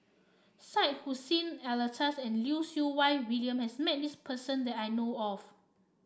Syed Hussein Alatas and Lim Siew Wai William has met this person that I know of